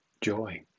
joy